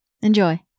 Enjoy